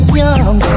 young